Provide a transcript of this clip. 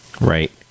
Right